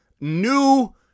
new